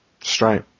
straight